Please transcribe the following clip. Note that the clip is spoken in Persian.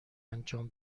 انجام